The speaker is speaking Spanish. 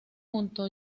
junto